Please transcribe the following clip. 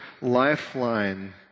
lifeline